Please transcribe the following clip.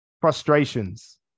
Frustrations